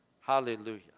hallelujah